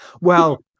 Well-